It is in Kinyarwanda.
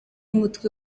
mutwe